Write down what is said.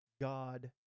God